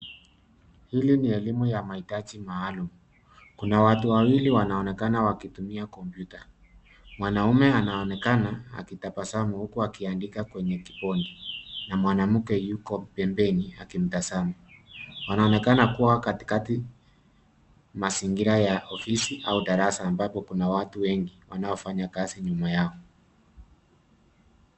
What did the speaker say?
Hili ni elimu ya mahitaji maalum. Kuna watu wawili wanaonekana wakitumia kompyuta. Mwanaume anaonekana akitabasamu huku akiandika kwenye kibodi na mwanamke yuko pembeni akimtazama. Wanaonekana kuwa katikati mazingira ya ofisi au darasa ambapo kuna watu wengi wanaofanya kazi nyuma yao.